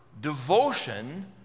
devotion